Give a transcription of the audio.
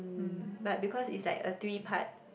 mm but because it's like a three part